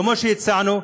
כמו שהצענו,